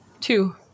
Two